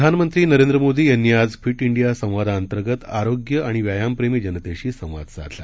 प्रधानमंत्री नरेंद्र मोदी यांनी आज फिट इंडिया संवादाअंतर्गत आरोग्य आणि व्यायामप्रेमी जनतेशी संवाद साधला